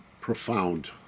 profound